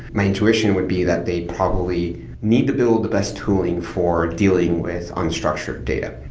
my intuition would be that they probably need to build the best tooling for dealing with unstructured data.